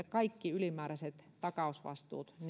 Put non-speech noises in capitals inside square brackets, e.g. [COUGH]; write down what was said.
[UNINTELLIGIBLE] kaikki ylimääräiset takausvastuut